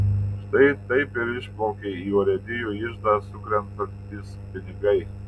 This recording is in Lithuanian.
štai taip ir išplaukia į urėdijų iždą sukrentantys pinigai